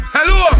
Hello